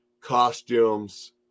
costumes